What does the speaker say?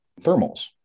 thermals